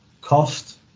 cost